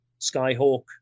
Skyhawk